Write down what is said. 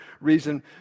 reason